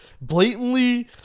blatantly